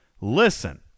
listen